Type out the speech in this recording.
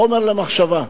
חומר למחשבה.